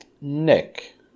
Nick